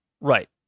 Right